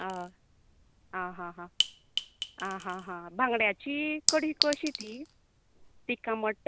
अह आं हा हा आं हा हा बांगड्याची कडी कशी ती तीक आमट